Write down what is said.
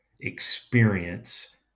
experience